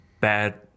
bad